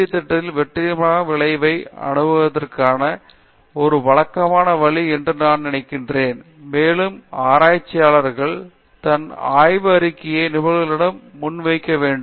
D திட்டத்தின் வெற்றிகரமான விளைவை அணுகுவதற்கான ஒரு வழக்கமான வழி என்று நான் நினைக்கிறேன் மேலும் ஆராய்ச்சியாளர் தன் ஆய்வு அறிக்கையை நிபுணர்களிடம் முன்வைக்க வேண்டும்